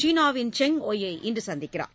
சீனாவின் செங் ஒய் யை இன்று சந்திக்கிறார்